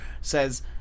says